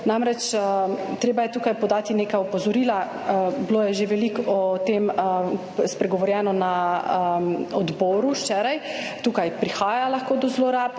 Namreč, treba je tukaj podati neka opozorila, bilo je že veliko o tem spregovorjeno na odboru včeraj. Tukaj prihaja lahko do zlorab,